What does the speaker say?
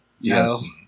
Yes